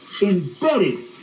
embedded